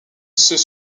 ceux